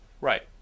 Right